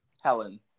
Helen